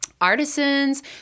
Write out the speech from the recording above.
artisans